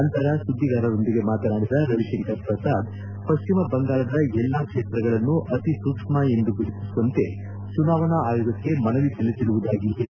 ನಂತರ ಸುದ್ದಿಗಾರರೊಂದಿಗೆ ಮಾತನಾಡಿದ ರವಿಶಂಕರ್ ಪ್ರಸಾದ್ ಪಶ್ಚಿಮ ಬಂಗಾಳದ ಎಲ್ಲಾ ಕ್ಷೇತ್ರಗಳನ್ನು ಅತಿಸೂಕ್ಷ್ಮ ಎಂದು ಗುರುತಿಸುವಂತೆ ಚುನಾವಣಾ ಆಯೋಗಕ್ಕೆ ಮನವಿ ಸಲ್ಲಿಸಿರುವುದಾಗಿ ಹೇಳಿದರು